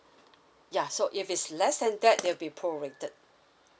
ya so if it's less than that they'll be pro rated